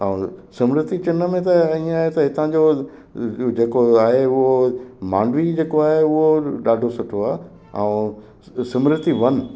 ऐं स्मृति चिन में त ईअं आहे त हितां जो जेको आहे उहो मांडवी जेको आहे उहो ॾाढो सुठो आहे ऐं स्मृति वन